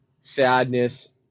sadness